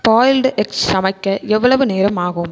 boiled eggs சமைக்க எவ்வளவு நேரம் ஆகும்